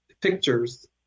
pictures